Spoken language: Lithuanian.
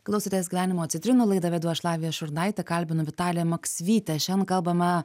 klausotės gyvenimo citrinų laidą vedu aš lavija šurnaitė kalbinu vitaliją maksvytę šian kalbame